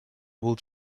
able